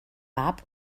gab